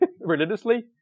religiously